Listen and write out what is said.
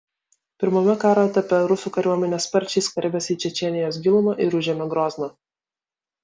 pirmame karo etape rusų kariuomenė sparčiai skverbėsi į čečėnijos gilumą ir užėmė grozną